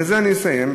ובזה אני מסיים,